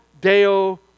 deo